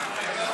יואב.